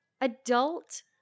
adult